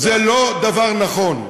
זה לא דבר נכון.